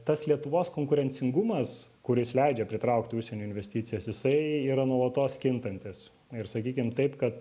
tas lietuvos konkurencingumas kuris leidžia pritraukti užsienio investicijas jisai yra nuolatos kintantis ir sakykim taip kad